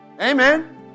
Amen